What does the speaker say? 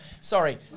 Sorry